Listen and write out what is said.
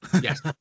Yes